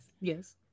yes